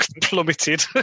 plummeted